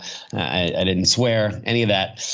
i didn't swear, any of that.